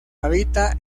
habita